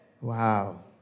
Wow